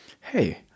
hey